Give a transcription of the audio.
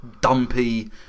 dumpy